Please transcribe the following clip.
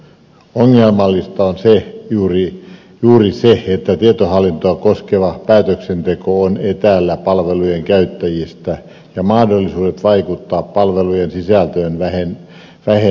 ongelmallista on juuri se että tietohallintoa koskeva päätöksenteko on etäällä palvelujen käyttäjistä ja mahdollisuudet vaikuttaa palvelujen sisältöön vähenevät